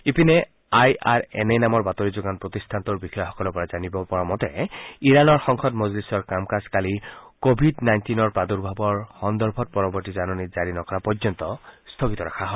ইপিনে আইআৰএনএ নামৰ বাতৰি যোগান প্ৰতিষ্ঠানটোৰ বিষয়াসকলৰ পৰা জানিব পৰা মতে ইৰাণৰ সংসদ মজলিছৰ কাম কাজ কালি কোভিদ নাইনটিন নামৰ ৰোগৰ প্ৰাদূৰ্ভাৱ সন্দৰ্ভত পৰৱৰ্তী জাননী জাৰি নকৰা পৰ্যন্ত স্থগিত ৰখা হয়